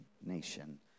nation